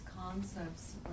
concepts